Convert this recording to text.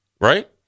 Right